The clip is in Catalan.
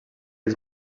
els